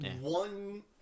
one